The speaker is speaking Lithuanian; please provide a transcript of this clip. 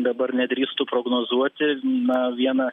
dabar nedrįstu prognozuoti na viena